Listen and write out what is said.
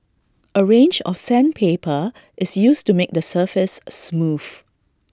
A range of sandpaper is used to make the surface smooth